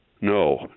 No